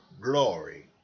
glory